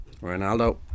Ronaldo